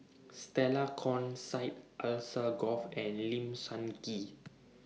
Stella Kon Syed Alsagoff and Lim Sun Gee